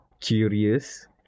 curious